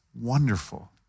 wonderful